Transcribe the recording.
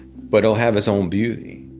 but it'll have its own beauty